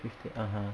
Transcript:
fifty (uh huh)